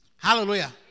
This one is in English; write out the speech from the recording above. Hallelujah